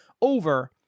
over